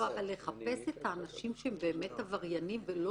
צריך לחפש את האנשים שהם באמת עבריינים ולא